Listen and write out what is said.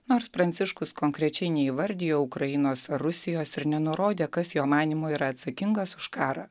nors pranciškus konkrečiai neįvardijo ukrainos ar rusijos ir nenurodė kas jo manymu yra atsakingas už karą